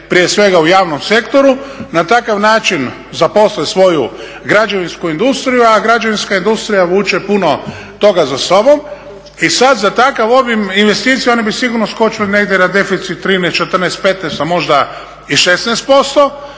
prije svega u javnom sektoru, na takav način zaposle svoju građevinsku industriju, a građevinska industrija vuče puno toga za sobom i sada za takav obim investicija, oni bi sigurno skočili na deficit 13, 14, 15, a možda i 16%,